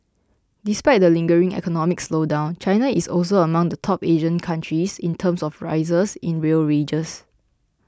despite the lingering economic slowdown China is also among the top Asian countries in terms of rises in real wages